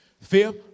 Fifth